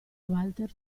walter